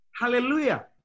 Hallelujah